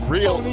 Real